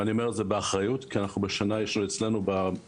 ואני אומר את זה באחריות כי בשנה יש אצלנו בבית